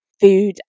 food